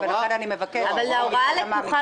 אבל האם את העודפים שהוא